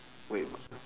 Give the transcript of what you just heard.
wait